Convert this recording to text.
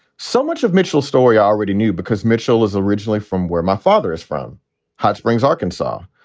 so much of mitchell's story already knew because mitchell is originally from where my father is from hot springs, arkansas.